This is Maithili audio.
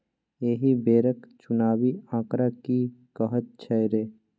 एहि बेरक चुनावी आंकड़ा की कहैत छौ रे